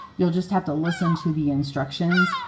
you'll just have to listen to the instructions,